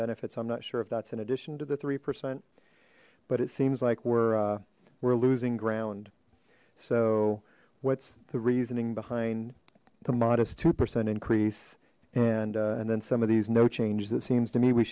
benefits i'm not sure if that's in addition to the three percent but it seems like we're we're losing ground so what's the reasoning behind the modest two percent increase and and then some of these no changes it seems to me we